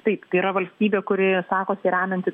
taip yra valstybė kuri sakosi remianti